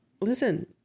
Listen